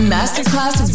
Masterclass